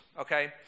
okay